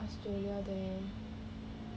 Australia there